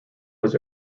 was